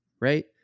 right